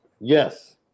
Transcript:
yes